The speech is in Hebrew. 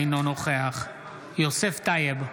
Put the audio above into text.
אינו נוכח יוסף טייב,